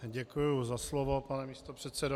Děkuji za slovo, pane místopředsedo.